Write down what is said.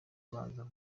ubanza